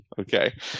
Okay